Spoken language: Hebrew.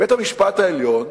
בית-המשפט העליון